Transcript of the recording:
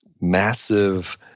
massive